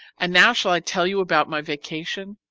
and now, shall i tell you about my vacation,